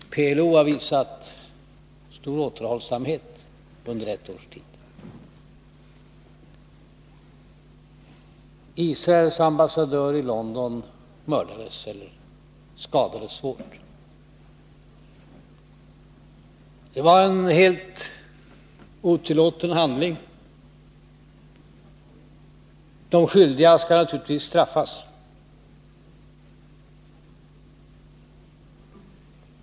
PLO har visat stor återhållsamhet under ett års tid. Israels ambassadör i London skadades svårt. Det var en helt otillåten handling. De skyldiga skall naturligtvis straffas.